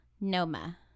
Noma